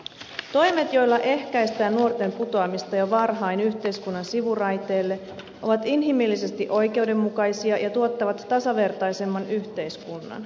toimet joilla ehkäistään nuorten putoamista jo varhain yhteiskunnan sivuraiteelle ovat inhimillisesti oikeudenmukaisia ja tuottavat tasavertaisemman yhteiskunnan